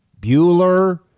Bueller